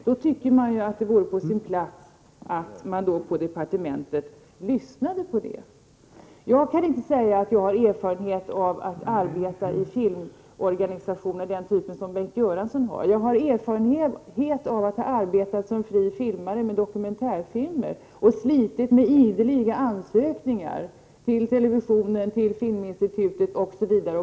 Det vore på sin plats att man på utbildningsdepartementet lyssnade till vad som framförs från dessa instanser. Jag kan inte säga att jag har erfarenhet av att arbeta i den typ av filmorganisationer som Bengt Göransson har arbetat i. Jag har däremot erfarenhet av att arbeta som fri filmare med dokumentärfilmer. Jag har erfarenhet av att ha slitit med ideliga ansökningar till televisionen, Filminstitutet osv.